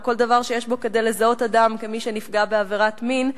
או כל דבר שיש בו כדי לזהות אדם כמי שנפגע בעבירת מין,